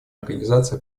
организации